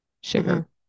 sugar